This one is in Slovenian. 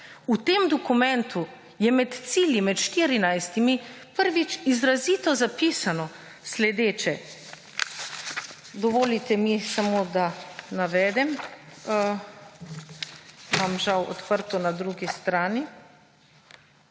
v tem dokument je med cilji, med štirinajstimi prvič izrazito zapisano sledeče. Dovolite mi samo, da navedem. Imam žal odprto na drugi strani.